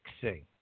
fixing